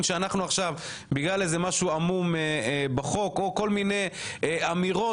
שאנחנו עכשיו בגלל משהו עמום בחוק או כל מיני אמירות